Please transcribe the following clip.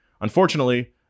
Unfortunately